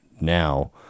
now